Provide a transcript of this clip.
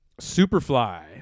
Superfly